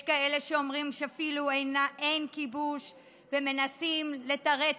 יש כאלה שאפילו אומרים שאין כיבוש ומנסים לתרץ